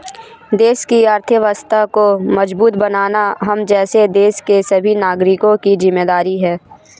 देश की अर्थव्यवस्था को मजबूत बनाना हम जैसे देश के सभी नागरिकों की जिम्मेदारी है